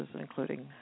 including